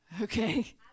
Okay